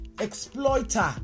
exploiter